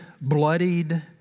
bloodied